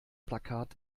plakat